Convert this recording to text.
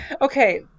okay